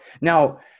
Now